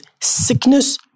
sickness